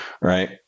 Right